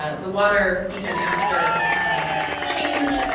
ah the water even after change